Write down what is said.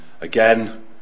Again